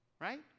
right